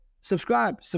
Subscribe